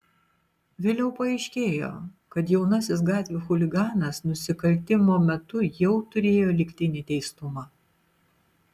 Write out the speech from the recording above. vėliau paaiškėjo kad jaunasis gatvių chuliganas nusikaltimo metu jau turėjo lygtinį teistumą